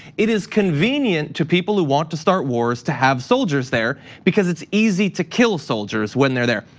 it is convenient to people who want to start wars to have soldiers there because it's easy to kill soldiers when they're there.